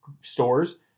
stores